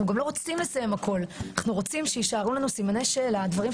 שלום לחברי הכנסת, מה שלומכם?